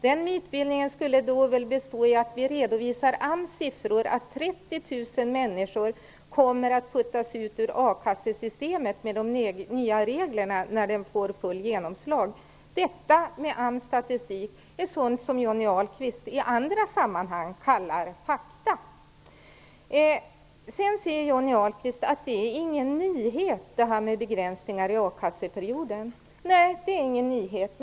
Den mytbildningen skulle bestå i att vi redovisar AMS siffror att 30 000 människor kommer att puttas ut ur a-kassesystemet med de nya reglerna när de får fullt genomslag. Denna AMS statistik är sådant som Johnny Ahlqvist i andra sammanhang kallar fakta. Vidare säger Johnny Ahlqvist att det inte är någon nyhet att införa en begränsning i a-kasseperioden. Nej, det är ingen nyhet.